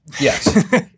Yes